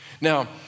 Now